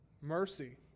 Mercy